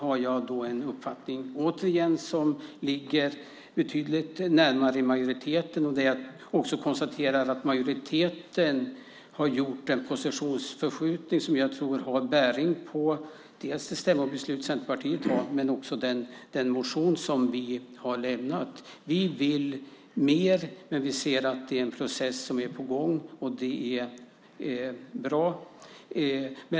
Jag har en uppfattning som ligger betydligt närmare majoriteten. Jag konstaterar att majoriteten har gjort en positionsförskjutning som jag tror har bäring på det stämmobeslut Centerpartiet har men också den motion som vi har lämnat. Vi vill mer, men vi ser att det är en process som är på gång. Det är bra.